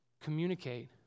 communicate